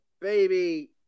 baby